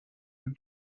and